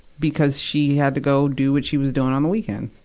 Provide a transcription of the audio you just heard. because she had to go do what she was doing on the weekends.